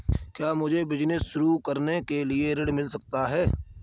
क्या मुझे बिजनेस शुरू करने के लिए ऋण मिल सकता है?